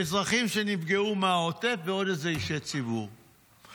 ואזרחים שנפגעו מהעוטף ועוד איזה אישי ציבור,